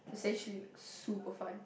essentially super fun